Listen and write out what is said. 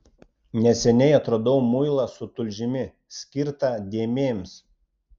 neseniai atradau muilą su tulžimi skirtą dėmėms